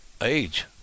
age